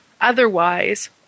otherwise